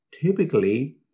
Typically